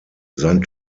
sein